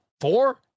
Four